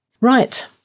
Right